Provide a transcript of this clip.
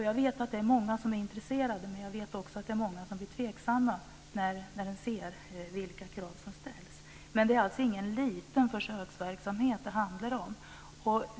Jag vet att det är många som är intresserade, men jag vet också att det är många som blir tveksamma när de ser vilka krav som ställs. Men det är alltså ingen liten försöksverksamhet det handlar om.